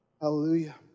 Hallelujah